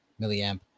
milliamp